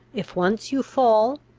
if once you fall,